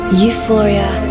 euphoria